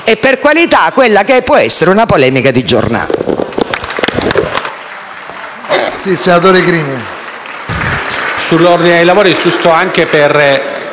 e per qualità quella che può essere una polemica di giornata.